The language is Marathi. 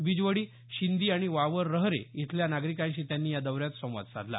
बिजवडी शिंदी आणि वावर रहरे इथल्या नागरिकांशी त्यांनी या दौऱ्यात संवाद साधला